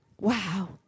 Wow